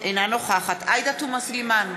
אינה נוכחת עאידה תומא סלימאן,